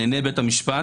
לעיני בית המשפט,